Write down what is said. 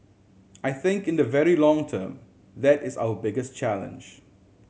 I think in the very long term that is our biggest challenge